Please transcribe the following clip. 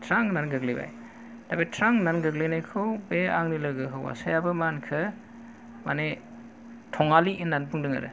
थ्रां होननानै गोग्लैनायखौ बे आंनि लोगो हौवासायाबो मा होनखो माने 'थंआलि' होनना बुंदों आरो